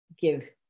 give